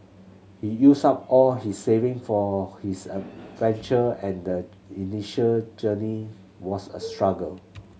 he used up all his saving for his venture and the initial journey was a struggle